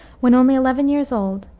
when only eleven years old,